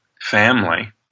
family